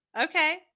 Okay